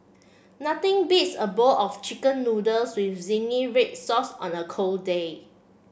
nothing beats a bowl of chicken noodles with zingy red sauce on a cold day